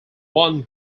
one